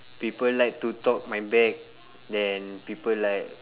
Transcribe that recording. people like to talk my back then people like